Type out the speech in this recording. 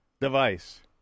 device